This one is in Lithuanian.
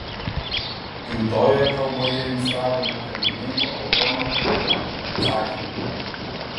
gimtojoje kalboje jums radome kalbininko aldono pupkio atsakymą